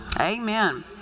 Amen